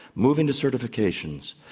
moving to certifications,